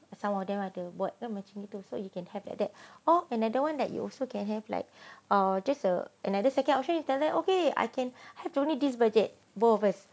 some of them ada so you can have like that or another one that you also can have like uh just a another second option you tell them okay I can have only this budget both of us